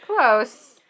Close